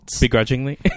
Begrudgingly